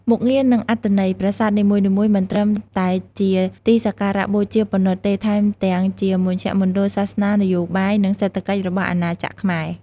មុខងារ និងអត្ថន័យ ប្រាសាទនីមួយៗមិនត្រឹមតែជាទីសក្ការៈបូជាប៉ុណ្ណោះទេ ថែមទាំងជាមជ្ឈមណ្ឌលសាសនា នយោបាយ និងសេដ្ឋកិច្ចរបស់អាណាចក្រខ្មែរ។